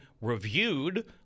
reviewed